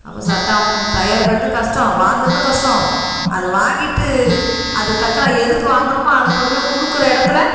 அப்போ சட்ட ஆவணங்கள் தயார் பெறுவதும் கஷ்டம் வாங்குறதும் கஷ்டம் அதை வாங்கிட்டு அது தக்கனா எதுக்கு வாங்கினமோ அதை கொண்டுப் போய் கொடுக்குற இடத்துல